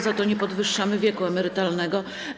Za to nie podwyższamy wieku emerytalnego.